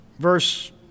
Verse